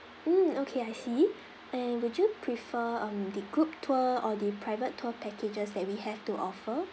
mm okay I see and would you prefer um the group tour or the private tour packages that we have to offer